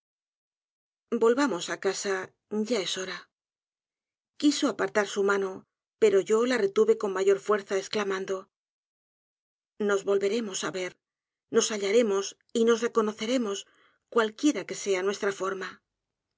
volvamos á casa ya es hora quiso apartar su mano pero yo la retuve con mayor fuerza esclamando nos volveremos á ver nos hallaremos y nos reconoceremos cualquiera que sea nuestra forma